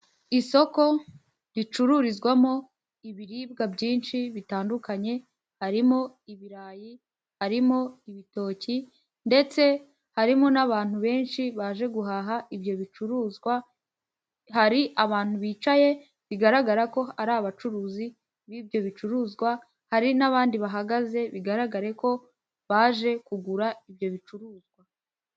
Isoko ricururizwamo ibiribwa byinshi bitandukanye, harimo ibirayi, harimo ibitoki, ndetse harimo n'abantu benshi baje guhaha ibyo bicuruzwa, hari abantu bicaye bigaragara ko ari abacuruzi b'ibyo bicuruzwa, hari n'abandi bahagaze bigaragare ko baje kugura ibyo bicuruzwa.